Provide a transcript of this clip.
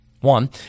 One